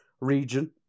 region